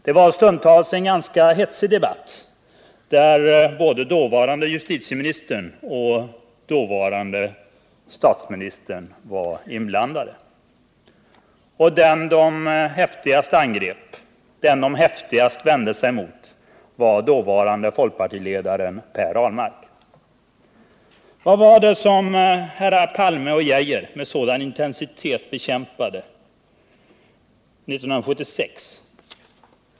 Stundtals var det en ganska hetsig debatt, där både dåvarande justitieministern och dåvarande statsministern var inblandade — och den som de häftigast vände sig emot var dåvarande folkpartiledaren Per Ahlmark. Vad var det som herrar Palme och Geijer med sådan intensitet bekämpade 1976?